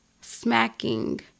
smacking